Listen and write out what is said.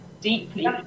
deeply